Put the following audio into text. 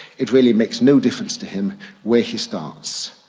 it really makes no difference to him where he starts.